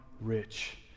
rich